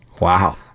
Wow